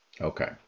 Okay